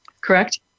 correct